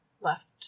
left